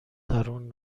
درون